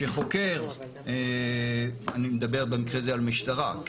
שחוקר, אני מדבר במקרה זה על משטרה.